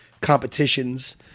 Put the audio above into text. competitions